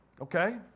Okay